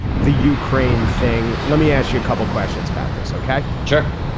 the ukraine thing. let me ask you a couple questions about this ok. sure.